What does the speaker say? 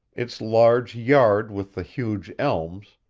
its large yard with the huge elms,